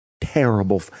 terrible